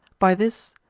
by this,